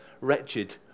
wretched